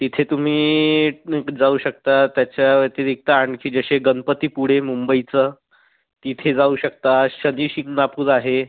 तिथे तुम्ही नीट जाऊ शकता त्याच्या व्यतिरिक्त आणखी जसे गणपतीपुळे मुंबईचं तिथे जाऊ शकता शनी शिंगणापुर आहे